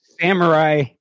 Samurai